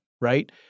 right